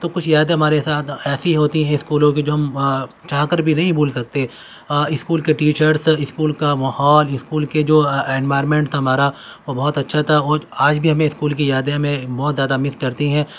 تو کچھ یادیں ہمارے ساتھ ایسی ہوتی ہیں اسکولوں کی جو ہم چاہ کر بھی نہیں بھول سکتے اسکول کے ٹیچرس اسکول کا ماحول اسکول کے جو انبائرمنٹ تھا ہمارا وہ بہت اچھا تھا اور آج بھی ہمیں اسکول کی یادیں ہمیں بہت زیادہ مس کرتی ہیں